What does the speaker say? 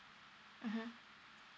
mmhmm